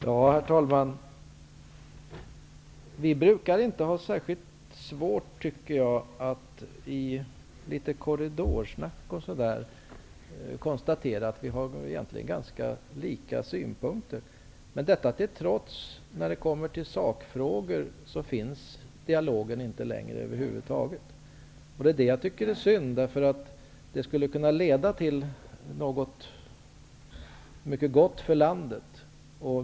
Herr talman! Vi brukar inte ha särskilt svårt att i t.ex. korridorssnack konstatera att vi egentligen har ganska lika synpunkter. När det kommer till sakfrågor finns dialogen, trots det, över huvud taget inte längre. Det tycker jag är synd. Den skulle kunna leda till något mycket gott för landet.